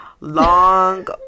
long